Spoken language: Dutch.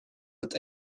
het